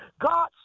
God